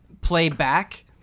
playback